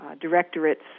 directorates